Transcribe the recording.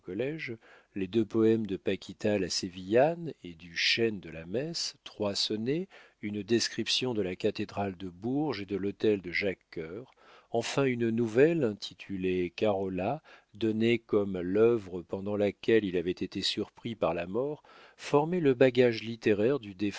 les deux poèmes de paquita la sévillane et du chêne de la messe trois sonnets une description de la cathédrale de bourges et de l'hôtel de jacques cœur enfin une nouvelle intitulée carola donnée comme l'œuvre pendant laquelle il avait été surpris par la mort formaient le bagage littéraire du